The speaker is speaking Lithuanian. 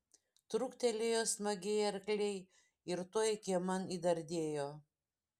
truktelėjo smagiai arkliai ir tuoj kieman įdardėjo